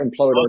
imploded